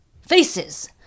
Faces